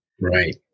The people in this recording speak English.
Right